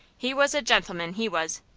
he was a gentleman, he was.